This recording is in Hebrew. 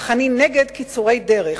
אך אני נגד קיצורי דרך,